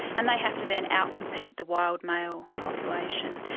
and they have to then outcompete the wild male population.